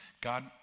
God